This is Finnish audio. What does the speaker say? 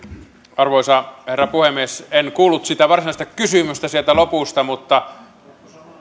arvoisa herra puhemies en kuullut sitä varsinaista kysymystä sieltä lopusta mutta jaan huolen